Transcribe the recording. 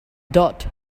dot